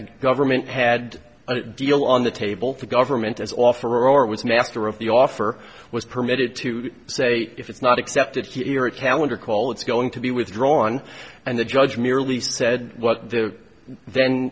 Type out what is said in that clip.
the government had a deal on the table for government as offer or it was master of the offer was permitted to say if it's not accepted here a calendar call it's going to be withdrawn and the judge merely said what the then